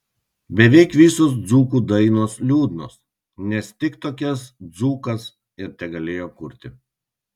beveik visos dzūkų dainos liūdnos nes tik tokias dzūkas ir tegalėjo kurti